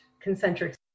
concentric